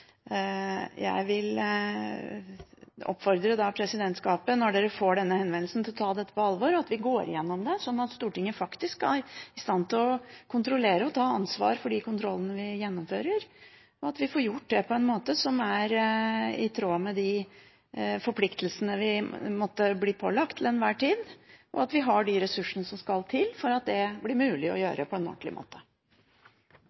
Jeg vil oppfordre presidentskapet til – når det får denne henvendelsen – å ta dette på alvor, og at vi går gjennom det, sånn at Stortinget faktisk er i stand til å kontrollere og ta ansvar for de kontrollene vi gjennomfører, at vi får gjort det på en måte som er i tråd med de forpliktelsene vi måtte bli pålagt til enhver tid, og at vi har de ressursene som skal til for at det blir mulig å